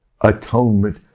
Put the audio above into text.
atonement